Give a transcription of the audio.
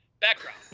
background